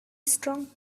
strong